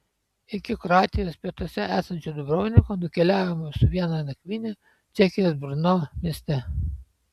iki kroatijos pietuose esančio dubrovniko nukeliavome su viena nakvyne čekijos brno mieste